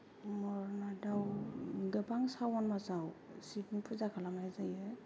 अमरनाथाव गोबां सावन मासाव शिबनि फुजा खालामनाय जायो